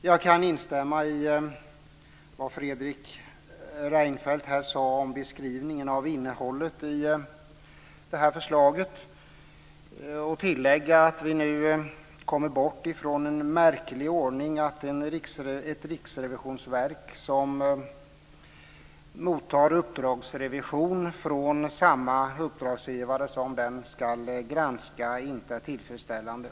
Jag kan instämma i vad Fredrik Reinfeldt här sade om beskrivningen av innehållet i förslaget och tillägga att vi nu kommer bort från den märkliga ordningen att ett riksrevsionsverk mottar uppdragsrevision från samma uppdragsgivare som den ska granska, som inte är tillfredsställande.